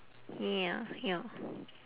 ya ya